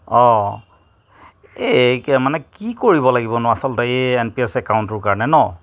অঁ এই মানে কি কৰিব লাগিব নো আচলতে এই এন পি এছ একাউণ্টটোৰ কাৰণে ন